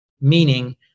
meaning